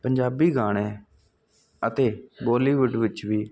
ਪੰਜਾਬੀ ਗਾਣੇ ਅਤੇ ਬੋਲੀਵੁੱਡ ਵਿੱਚ ਵੀ